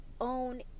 own